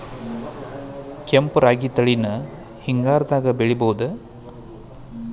ಕೆಂಪ ರಾಗಿ ತಳಿನ ಹಿಂಗಾರದಾಗ ಬೆಳಿಬಹುದ?